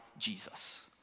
Jesus